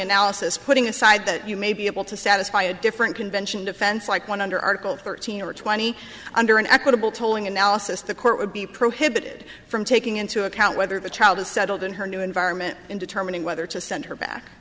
analysis putting aside that you may be able to satisfy a different convention defense like one under article thirteen or twenty under an equitable tolling analysis the court would be prohibited from taking into account whether the child is settled in her new environment in determining whether to send her back